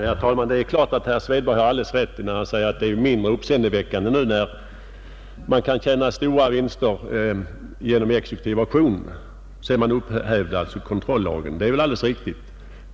Herr talman! Det är klart att herr Svedberg har alldeles rätt när han säger att det är mindre uppseendeväckande att tjäna stora pengar på exekutiv auktion sedan kontrollagen upphävdes.